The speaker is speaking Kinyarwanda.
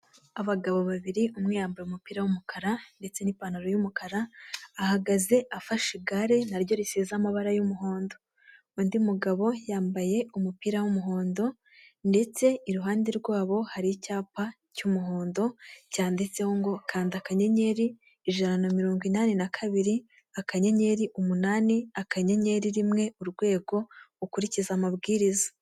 Abagabo babiri umwe yambaye umupira w'umukara ndetse n'ipantaro y'umukara ahagaze afashe igare naryo riseza amabara y'umuhondo, undi mugabo yambaye umupira w'umuhondo ndetse iruhande rwabo hari icyapa cy'umuhondo cyanditseho ngo kanda anyenyeri ijana na mirongo inani na kabiri akanyenyeri umunani akanyenyeri rimwe urwego ukurikiza amabwiriza.